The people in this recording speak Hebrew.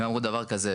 הם אמרו דבר כזה,